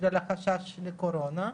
בגלל החשש לקורונה,